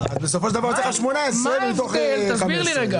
בסופו של דבר יוצא לך 15 מתוך 18. תסביר לי מה